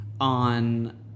on